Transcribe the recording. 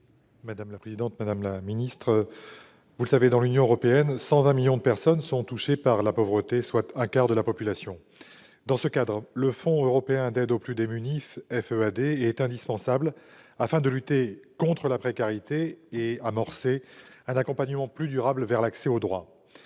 Madame la secrétaire d'État, vous le savez, dans l'Union européenne, 120 millions de personnes sont touchées par la pauvreté, soit un quart de la population. Dans ce cadre, le Fonds européen d'aide aux plus démunis, le FEAD, est indispensable, afin de lutter contre la précarité et d'amorcer un accompagnement plus durable vers l'accès aux droits,